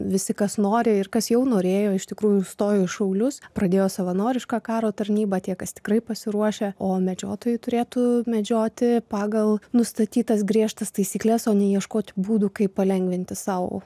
visi kas nori ir kas jau norėjo iš tikrųjų stojo į šaulius pradėjo savanorišką karo tarnybą tie kas tikrai pasiruošę o medžiotojai turėtų medžioti pagal nustatytas griežtas taisykles o ne ieškoti būdų kaip palengvinti sau